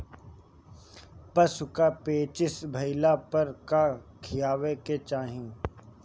पशु क पेचिश भईला पर का खियावे के चाहीं?